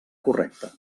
correcta